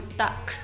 duck 。